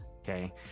Okay